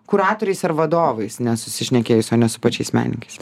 kuratoriais ar vadovais nesusišnekėjus o ne su pačiais menininkais